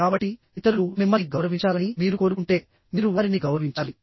కాబట్టిఇతరులు మిమ్మల్ని గౌరవించాలని మీరు కోరుకుంటేమీరు వారిని గౌరవించాలి